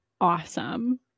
awesome